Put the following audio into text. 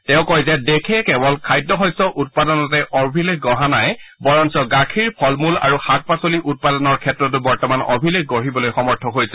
তেওঁ কয় যে দেশে কেৱল খাদ্য শস্য উৎপাদনতে অভিলেখ গঢ়া নাই বৰঞ্চ গাখীৰ ফল মূল আৰু শাক পাচলি উৎপাদনৰ ক্ষেত্ৰতো বৰ্তমান অভিলেখ গঢ়িবলৈ সমৰ্থ হৈছে